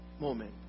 moment